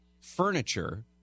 furniture